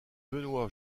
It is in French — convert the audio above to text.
benoit